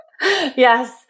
Yes